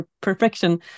Perfection